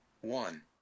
one